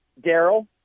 Daryl